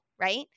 right